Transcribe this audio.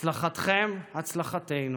הצלחתכם, הצלחתנו.